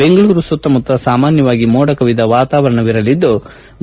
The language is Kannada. ಬೆಂಗಳೂರು ಸುತ್ತಮುತ್ತ ಸಾಮಾನ್ನವಾಗಿ ಮೋಡ ಕವಿದ ವಾತವಾರಣವಿರಲಿದ್ಲು